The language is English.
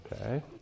Okay